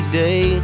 day